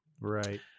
Right